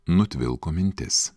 nutvilko mintis